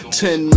ten